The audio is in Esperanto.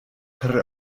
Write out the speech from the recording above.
per